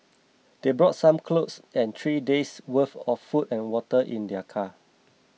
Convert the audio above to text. they brought some clothes and three days' worth of food and water in their car